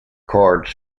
cards